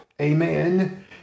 Amen